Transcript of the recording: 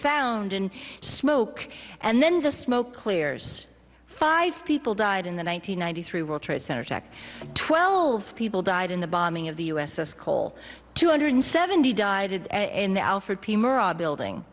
sound and smoke and then the smoke clears five people died in the one nine hundred ninety three world trade center attack twelve people died in the bombing of the u s s cole two hundred seventy died and the alfred p murrah building